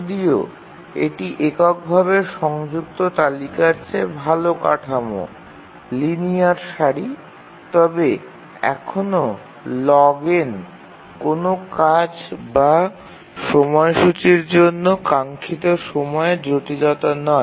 যদিও এটি এককভাবে সংযুক্ত তালিকার চেয়ে ভাল কাঠামো লিনিয়ার সারি তবে এখনও log n কোনও কাজ বা সময়সূচীর জন্য কাঙ্ক্ষিত সময়ের জটিলতা নয়